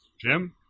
Jim